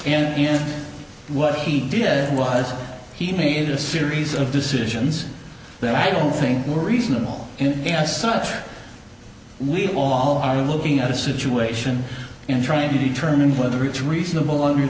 frank and what he did was he made a series of decisions that i don't think were reasonable and as such we all are looking at a situation and trying to determine whether it's reasonable under